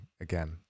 again